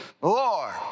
Lord